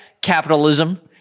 capitalism